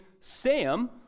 Sam